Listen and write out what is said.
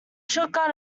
shotgun